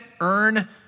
earn